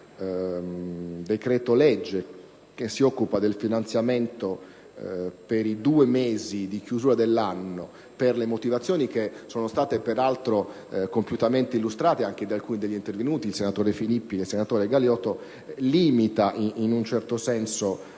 un decreto-legge che si occupa del finanziamento per gli ultimi due mesi, fino alla chiusura dell'anno, per le motivazioni che sono state peraltro compiutamente illustrate anche da alcuni degli intervenuti - i senatori Alberto Filippi e Galioto - limita in un certo senso